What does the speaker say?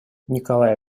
николай